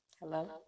Hello